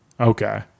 Okay